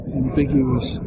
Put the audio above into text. ambiguous